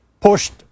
pushed